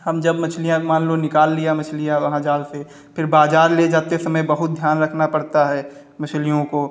हम जब मछलियाँ को मान लो निकाल लिया मछलियाँ वहाँ जाल से फिर बाज़ार ले जाते समय बहुत ध्यान रखना पड़ता है मछलियों को